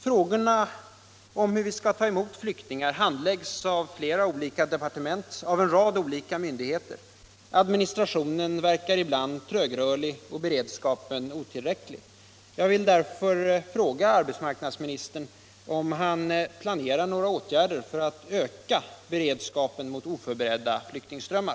Frågorna om hur vi skall ta emot flyktingar handläggs av flera olika departement, av en rad olika myndigheter. Administrationen verkar ibland trögrörlig och beredskapen otillräcklig. Jag vill därför fråga arbetsmarknadsministern om han planerar några åtgärder för att öka beredskapen mot oförberedda flyktingströmmar.